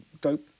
dope